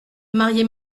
marier